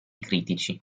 critici